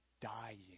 dying